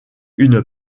une